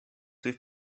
with